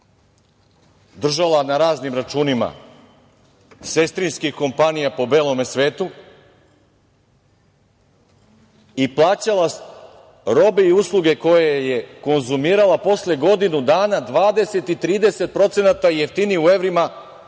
držala na raznim računima sestrinskih kompanija bo belom svetu i plaćala robe i usluge koje je konzumirala posle godinu dana 20% i 30% jeftinije u evrima